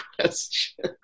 question